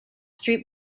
street